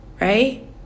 right